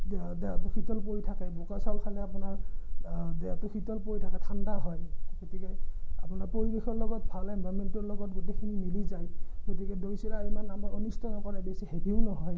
দেহ দেহটো শিতল পৰি থাকে বোকা চাউল খালে আপোনাৰ দেহটো শিতল পৰি থাকে ঠাণ্ডা হয় গতিকে আপোনাৰ পৰিৱেশৰ লগত ভাল এনাভাইৰেনমেণ্টৰ লগত গোটেইখিনি মিলি যায় গতিকে দৈ চিৰাই ইমান আমাৰ অনিষ্ট নকৰে বেছি হেভীও নহয়